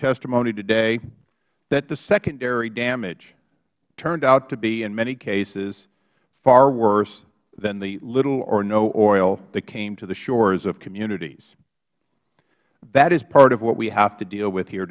testimony today that the secondary damage turned out to be in many cases far worse than the little or no oil that came to the shores of communities that is part of what we have to do deal with here